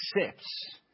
accepts